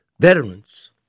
veterans